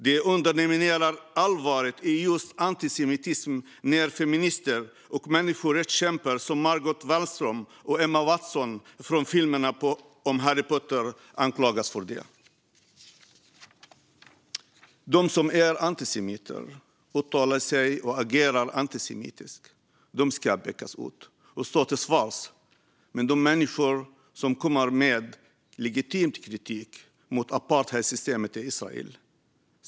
Det underminerar allvaret i fråga om just antisemitism när feminister och människorättskämpar som Margot Wallström och Emma Watson, från filmerna om Harry Potter, anklagas för det. De som är antisemiter, som uttalar sig och agerar antisemitiskt, ska pekas ut och stå till svars. Men det gäller inte de människor som kommer med legitim kritik mot apartheidsystemet i Israel.